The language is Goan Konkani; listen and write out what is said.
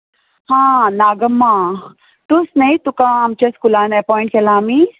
हां नागम्मा तूंच न्हय तुका आमच्या स्कुलांत एपॉयंट केला आमी